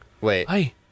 Wait